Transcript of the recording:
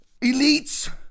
elites